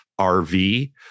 rv